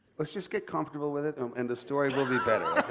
let's just get comfortable with it and the story will be better.